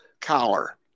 collar